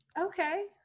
Okay